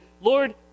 Lord